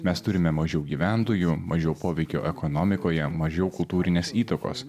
mes turime mažiau gyventojų mažiau poveikio ekonomikoje mažiau kultūrinės įtakos